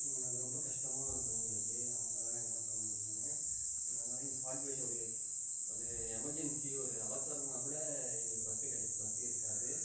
அது ரொம்ப கஷ்டமாகருக்கும் எங்களுக்கு அவங்கலாம் என்ன பண்ணமுடியும்னு அதனால் ஹார்ட் பேஷண்ட் ஒரு ஒன்று எமெர்ஜென்சி ஒரு அவசரம்னால் கூட எங்களுக்கு பஸ் கிடைக்கும் பஸ்ஸு இருக்காது